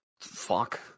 fuck